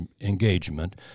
engagement